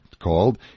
called